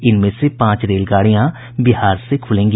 इनमें से पांच रेलगाड़ियां बिहार से खुलेंगी